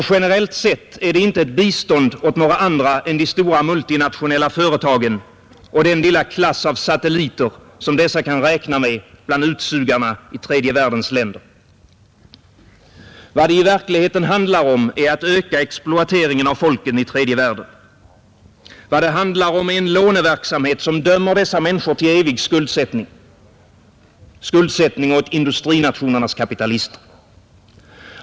Men generellt sett är det inte ett bistånd åt några andra än de stora multinationella företagen och den lilla klass av satelliter som dessa kan räkna med bland utsugarna i tredje världens länder. Vad det i verkligheten handlar om är att öka exploateringen av folken i tredje världen. Vad det handlar om är en låneverksamhet som dömer dessa människor till en evig skuldsättning åt industrinationernas kapitalister.